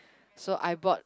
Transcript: so I bought